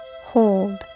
hold